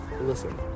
listen